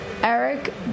Eric